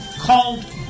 called